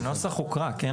הנוסח הוקרא, כן?